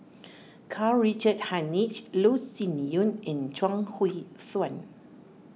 Karl Richard Hanitsch Loh Sin Yun and Chuang Hui Tsuan